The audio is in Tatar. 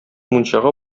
мунчага